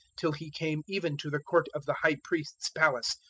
till he came even to the court of the high priest's palace,